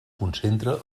concentra